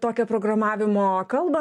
tokią programavimo kalbą